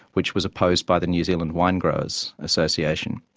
which was opposed by the new zealand winegrowers' association.